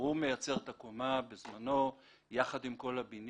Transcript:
הוא מייצר את הקומה יחד עם כל הבניין,